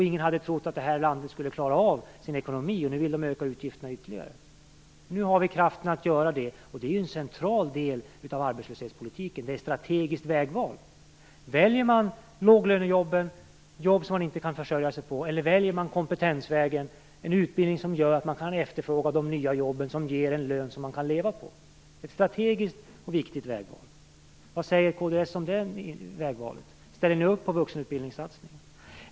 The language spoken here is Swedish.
Ingen hade trott att det här landet skulle klara av ekonomin, om någon hade velat öka utgifterna ytterligare. Nu har vi kraften att göra det. Det är en central del av arbetslöshetspolitiken. Det är ett strategiskt vägval. Man väljer antingen låglönejobben, dvs. jobb man inte kan försörja sig på, eller kompetensvägen - en utbildning som gör att man kan efterfråga de nya jobben som ger en lön som man kan leva på. Det är ett strategiskt viktigt vägval. Vad säger kd om det vägvalet? Ställer ni upp på en satsning på vuxenutbildningen?